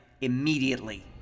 Immediately